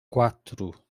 quatro